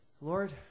Lord